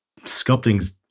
sculpting's